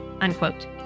Unquote